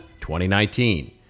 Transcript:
2019